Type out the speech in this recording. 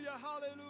hallelujah